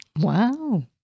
Wow